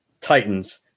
Titans